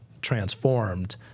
transformed